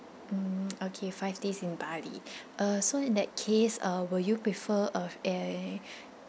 mm okay five days in bali uh so in that case uh will you prefer of a